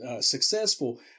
successful